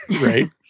Right